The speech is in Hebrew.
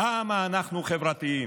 כמה אנחנו חברתיים,